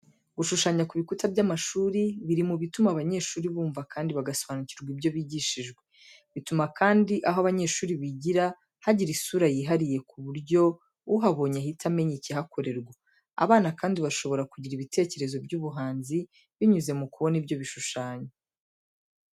Gushushanya ku bikuta by'amashuri biri mu bituma abanyeshuri bumva kandi bagasobanukirwa ibyo bigishijwe. Bituma kandi aho abanyeshuri bigira hagira isura yihariye ku buryo uhabonye ahita amenya ikihakorerwa. Abana kandi bashobora kugira ibitekerezo by'ubuhanzi, binyuze mu kubona ibyo bishushanyo.